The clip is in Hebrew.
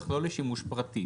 אך לא לשימוש פרטי.